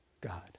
God